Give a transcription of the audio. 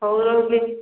ହଉ ରହିଲି